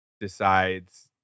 decides